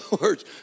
words